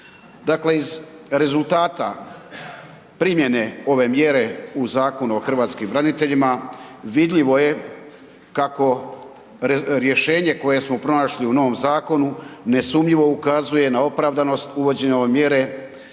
Dakle, iz rezultata primjene ove mjere u Zakonu o hrvatskim braniteljima, vidljivo je kako rješenje koje smo pronašli u novom zakonu, nesumnjivo ukazuje na opravdanost uvođenja ove mjere